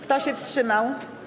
Kto się wstrzymał?